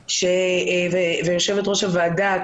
יושבת ראש הוועדה,